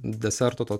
deserto to